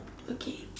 okay